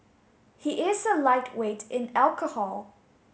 he is a lightweight in alcohol